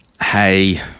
hey